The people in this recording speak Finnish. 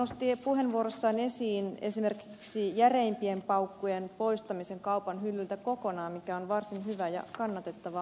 hän nosti puheenvuorossaan esiin esimerkiksi järeimpien paukkujen poistamisen kaupan hyllyiltä kokonaan mikä on varsin hyvä ja kannatettava ajatus